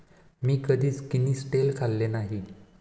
मी कधीच किनिस्टेल खाल्लेले नाही